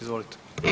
Izvolite.